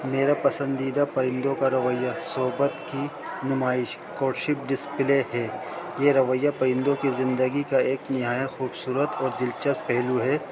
میرا پسندیدہ پرندوں کا رویہ صحبت کی نمائش کورٹشپ ڈسپلے ہے یہ رویہ پرندوں کی زندگی کا ایک نہات خوبصورت اور دلچسپ پہلو ہے